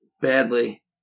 Badly